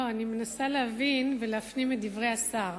אני מנסה להבין ולהפנים את דברי השר.